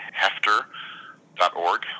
hefter.org